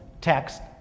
text